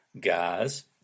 guys